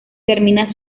termina